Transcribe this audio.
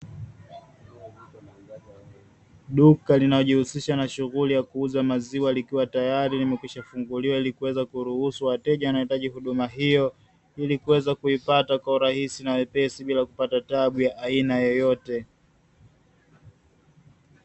Duka linalojihusisha na shughuli ya kuuza maziwa, likiwa tayari limekwisha funguliwa ili kuweza kuwaruhusu wateja wanaohitaji huduma hiyo kuweza kuipata kiurahisi na wepesi bila kupata taabu yoyote.